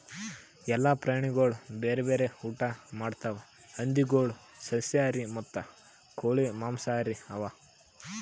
ಎಲ್ಲ ಪ್ರಾಣಿಗೊಳ್ ಬ್ಯಾರೆ ಬ್ಯಾರೆ ಊಟಾ ಮಾಡ್ತಾವ್ ಹಂದಿಗೊಳ್ ಸಸ್ಯಾಹಾರಿ ಮತ್ತ ಕೋಳಿ ಮಾಂಸಹಾರಿ ಅವಾ